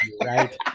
right